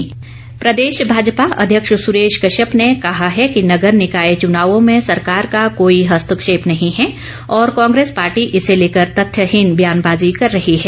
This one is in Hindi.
भाजपा प्रदेश भाजपा अध्यक्ष सुरेश कश्यप ने कहा है कि नगर निकाय चुनावों में सरकार का कोई हस्तक्षेप नहीं है और कांग्रेस पार्टी इसे लेकर तथ्यहीन व्यानबाजी कर रही है